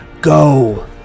go